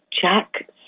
Jack